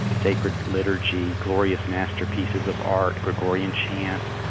sacred liturgy, glorious masterpieces of art, gregorian chants,